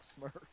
smurf